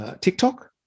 TikTok